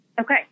Okay